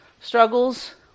struggles